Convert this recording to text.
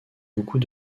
beaucoup